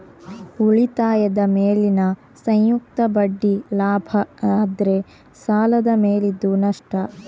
ಉಳಿತಾಯದ ಮೇಲಿನ ಸಂಯುಕ್ತ ಬಡ್ಡಿ ಲಾಭ ಆದ್ರೆ ಸಾಲದ ಮೇಲಿದ್ದು ನಷ್ಟ